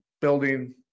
building